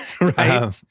Right